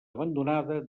abandonada